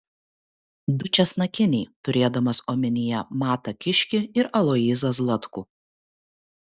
du česnakiniai turėdamas omenyje matą kiškį ir aloyzą zlatkų